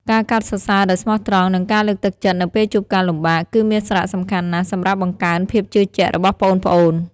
ការកោតសរសើរដោយស្មោះត្រង់ និងការលើកទឹកចិត្តនៅពេលជួបការលំបាក គឺមានសារៈសំខាន់ណាស់សម្រាប់បង្កើនភាពជឿជាក់របស់ប្អូនៗ។